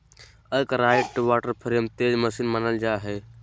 Arkwright water frame तेज machine मानल जा हई